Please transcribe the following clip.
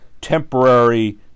temporary